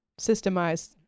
systemized